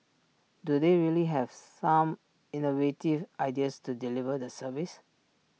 do they really have some innovative ideas to deliver the service